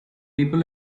people